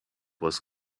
was